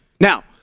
Now